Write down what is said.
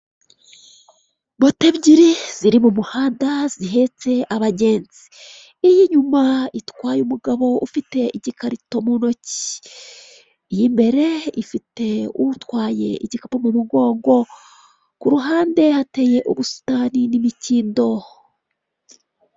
Moto ebyiri ziri mu muhanda zihetse abagenzi. Iy'inyuma itwaye umugabo ufite igikarito mu ntoki. Iy'imbere ifite utwaye igikapu mu mugongo, ku ruhande hateye ubusitani n'imikindo.